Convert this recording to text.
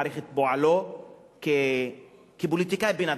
מעריך את פועלו כפוליטיקאי בן-אדם,